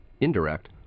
Indirect